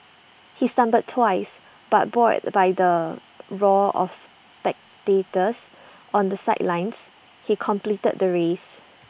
he stumbled twice but buoyed by the roar of spectators on the sidelines he completed the race